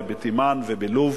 בתימן ובלוב,